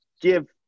give